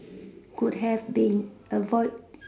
could have been avoid